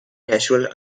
natural